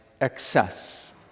excess